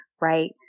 right